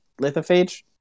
Lithophage